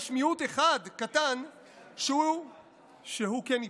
יש מיעוט אחד קטן שהוא כן ייפגע,